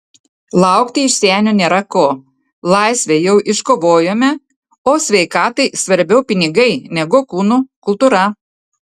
laukti iš senio nėra ko laisvę jau iškovojome o sveikatai svarbiau pinigai negu kūno kultūra